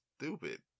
stupid